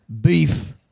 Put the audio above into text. Beef